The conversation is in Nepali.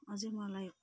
अझै मलाई